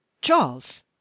charles